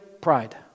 Pride